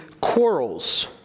quarrels